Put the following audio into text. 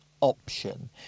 option